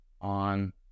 on